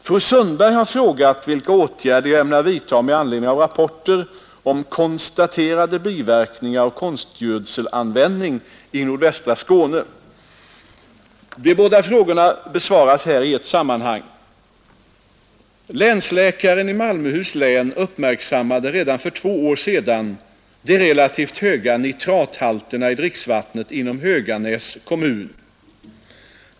Fru Sundberg har frågat vilka atgärder jag ämnar vidta med anledning av rapporter om konstaterande biverkningar av konstgödselanvändning i nordvästra Skåne. De båda frågorna besvaras här i ett sammanhang. Länsläkaren i Malmöhus län uppmärksammade redan för två är sedan de relativt höga nitrathalterna i dricksvattnet inom Höganäs kommun.